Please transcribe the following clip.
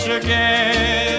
again